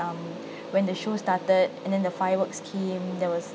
um when the show started and then the fireworks came there was